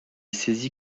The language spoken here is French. saisi